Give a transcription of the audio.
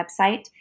website